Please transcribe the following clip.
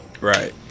Right